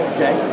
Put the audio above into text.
Okay